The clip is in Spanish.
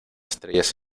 estrellas